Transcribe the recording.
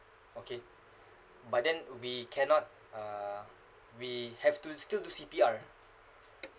okay but then we cannot uh we have to still do C_P_R